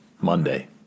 Monday